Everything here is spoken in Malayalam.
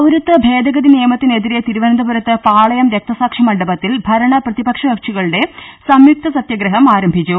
പൌരത്വ് ഭേദഗതി നിയമത്തിനെതിരെ തിരുവനന്തപുരത്ത് പാളയം രക്തസാക്ഷി മണ്ഡപത്തിൽ ഭരണ പ്രതിപക്ഷ കക്ഷി കളുടെ സംയുക്ത സത്യഗ്രഹം ആരംഭിച്ചു